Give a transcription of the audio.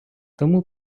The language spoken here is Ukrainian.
тому